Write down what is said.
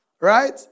right